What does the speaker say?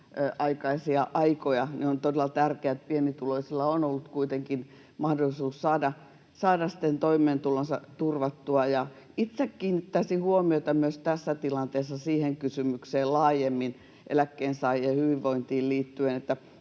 aikaisia aikoja. On todella tärkeää, että pienituloisilla on ollut kuitenkin mahdollisuus saada sitten toimeentulonsa turvattua. Itse kiinnittäisin huomiota tässä tilanteessa myös laajemmin kysymykseen eläkkeensaajien hyvinvoinnista.